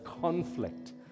conflict